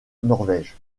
norvège